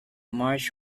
march